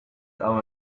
our